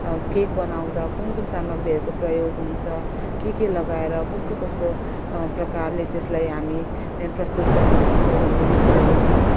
cake बनाउँदा कुन कुन सामग्रीहरूको प्रयोग हुन्छ के के लगाएर कस्तो कस्तो प्रकारले त्यसलाई हामी प्रस्तुत गर्न सक्छौँ भन्ने विषयहरूमा